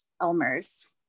Elmer's